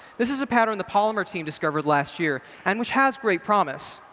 this is a pattern the polymer team discovered last year and which has great promise.